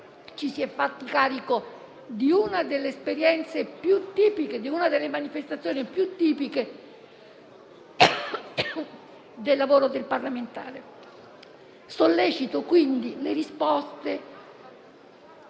ci si è fatti carico di una delle manifestazioni più tipiche del lavoro del parlamentare. Sollecito quindi le risposte